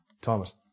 Thomas